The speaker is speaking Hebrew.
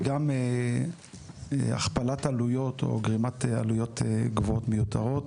וגם הכפלת עלויות או גרימת עלויות גבוהות מיותרות